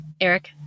Eric